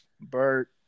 Bert